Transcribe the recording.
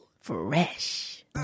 Fresh